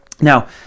Now